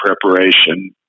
preparation